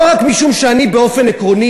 לא רק משום שאני וסיעתי באופן עקרוני